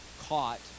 caught